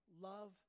love